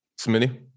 Smitty